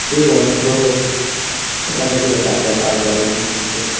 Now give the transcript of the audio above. ठीक है मैम उसको पता करके बताते हैं कॉल करेंगे मैम आपको